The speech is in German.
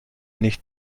nicht